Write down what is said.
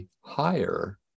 higher